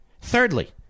Thirdly